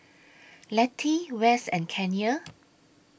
Letty West and Kanye